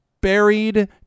buried